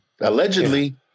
Allegedly